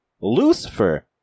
lucifer